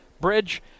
Bridge